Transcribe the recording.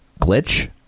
glitch